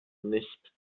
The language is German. nicht